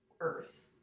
earth